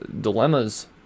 dilemmas